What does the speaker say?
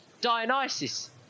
dionysus